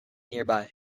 nearby